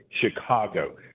Chicago